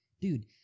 dude